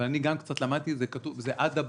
אני גם קצת למדתי את זה זה "אדאבס",